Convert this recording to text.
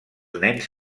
nens